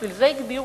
בשביל זה הגדירו